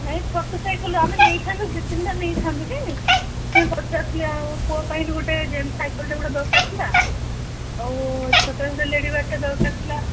ନାହିଁ ଛୋଟ ସାଇକେଲ୍ ଆମେ ନେଇଥାନ୍ତୁ ଦୁଇ ତିନିଟା ନେଇଥାନ୍ତୁ ଯେ ସେ ପଚାରୁଥିଲି ଆଉ ପୁଅ ପାଇଁ ବି ଗୋଟେ ଜେଣ୍ଟସ୍ ସାଇକେଲ୍ଟେ ଗୋଟେ ଦରକାର ଥିଲା ଆଉ ଝିଅ ପାଇଁ ଗୋଟେ ଲେଡ଼ିବାର୍ଡ଼ଟେ ଦରକାର ଥିଲା